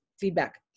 feedback